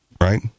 right